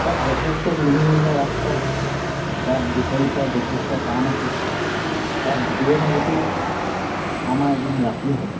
তাত যথেষ্ট লুংলুঙীয়া ৰাস্তা বাট বিচাৰি পোৱা যথেষ্ট টান আছিল তাত গৈ থাকোঁতেই আমাৰ এদিন ৰাতি হ'ল